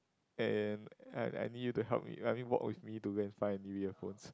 and I I need you to help me I mean walk with me to go and find new earphones